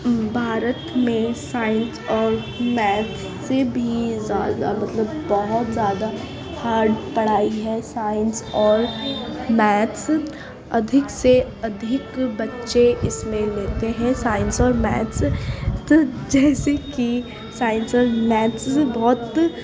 بھارت میں سائنس اور میتھس سے بھی زیادہ مطلب بہت زیادہ ہارڈ پڑھائی ہے سائنس اور میتھس ادھک سے ادھک بچے اس میں لیتے ہیں سائنس اور میتھس جیسے کہ سائنس اور میتھس بہت